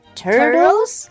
turtles